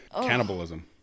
cannibalism